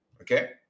Okay